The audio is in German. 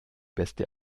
beste